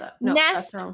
Nest